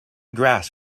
grass